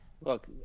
look